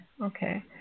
Okay